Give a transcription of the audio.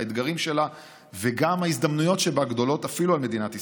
האתגרים שלה וגם ההזדמנויות שבה גדולים אפילו על מדינת ישראל,